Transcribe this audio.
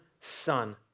son